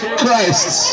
christ